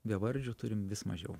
bevardžių turim vis mažiau